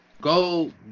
go